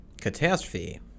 catastrophe